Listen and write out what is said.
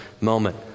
moment